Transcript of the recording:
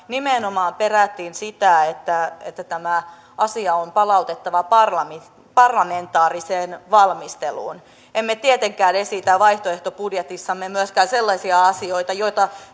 nimenomaan perättiin sitä että että tämä asia on palautettava parlamentaariseen parlamentaariseen valmisteluun emme tietenkään esitä vaihtoehtobudjetissamme myöskään sellaisia asioita